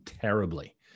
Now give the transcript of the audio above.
terribly